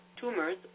tumors